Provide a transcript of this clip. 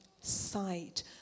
sight